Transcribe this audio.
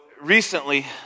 Recently